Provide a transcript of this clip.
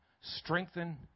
strengthen